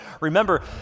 Remember